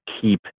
keep